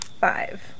Five